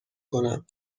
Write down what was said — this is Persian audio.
کنم